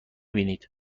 بینید